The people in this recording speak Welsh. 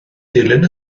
dilyn